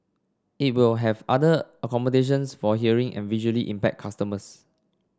it will have other accommodations for hearing and visually impaired customers